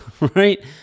right